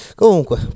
comunque